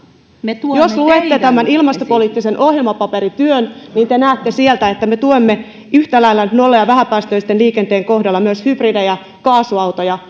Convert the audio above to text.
jos luette tämän ilmastopoliittisen ohjelmapaperin niin te näette sieltä että me tuemme nolla ja vähäpäästöisen liikenteen kohdalla yhtä lailla myös hybridejä kaasuautoja